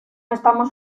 estamos